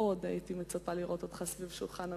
שהייתי מצפה מאוד לראותך ליד שולחן הממשלה.